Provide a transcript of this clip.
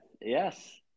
Yes